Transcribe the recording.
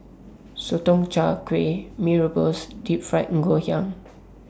Sotong Char Kway Mee Rebus and Deep Fried Ngoh Hiang